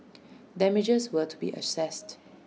damages were to be assessed